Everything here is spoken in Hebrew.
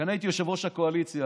כשאני הייתי יושב-ראש הקואליציה,